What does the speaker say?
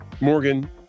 Morgan